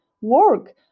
work